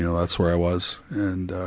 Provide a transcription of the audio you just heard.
you know that's where i was, and ah,